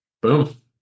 Boom